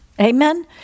Amen